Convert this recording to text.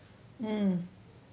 mm